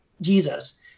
jesus